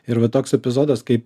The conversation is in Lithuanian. ir va toks epizodas kaip